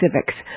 civics